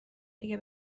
دیگه